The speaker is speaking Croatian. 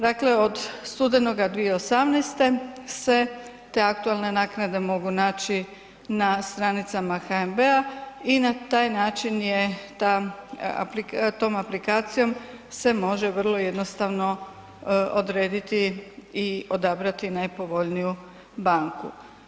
Dakle, od studenoga 2018. se te aktualne naknade mogu naći na stranicama HNB-a i na taj način je ta, tom aplikacijom se može vrlo jednostavno odrediti i odabrati najpovoljniju banku.